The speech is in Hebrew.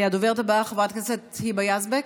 הדוברת הבאה, חברת כנסת היבה יזבק.